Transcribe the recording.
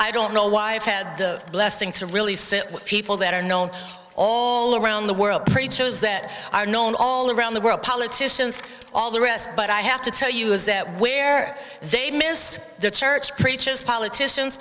i don't know why i've had the blessing to really sit with people that are known all around the world preachers that are known all around the world politicians all the rest but i have to tell you is that where they miss the church preachers politicians